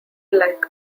like